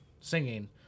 singing